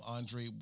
Andre